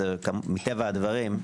מטבע הדברים,